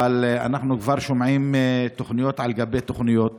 אבל אנחנו כבר שומעים תוכניות על גבי תוכניות